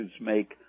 make